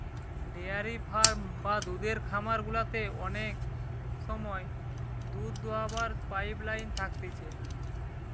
dairy farm বা দুধের খামার গুলাতে অনেক সময় দুধ দোহাবার পাইপ লাইন থাকতিছে